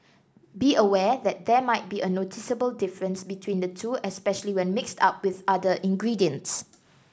be aware that there might be a noticeable difference between the two especially when mixed up with other ingredients